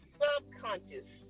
subconscious